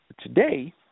Today